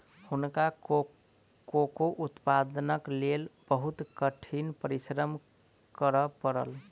हुनका कोको उत्पादनक लेल बहुत कठिन परिश्रम करय पड़ल